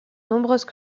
nombreuses